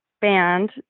band